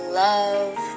love